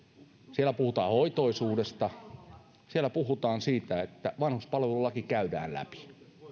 siellä puhutaan hoitoisuudesta siellä puhutaan siitä että vanhuspalvelulaki käydään läpi